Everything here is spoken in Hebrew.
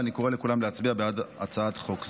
ואני קורא לכולם להצביע בעד הצעת חוק זו.